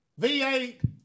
V8